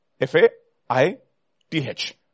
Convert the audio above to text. F-A-I-T-H